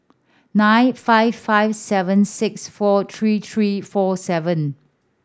nine five five seven six four three three four seven